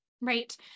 right